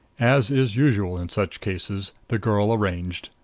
as is usual in such cases, the girl arranged,